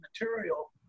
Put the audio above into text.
material